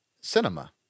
cinema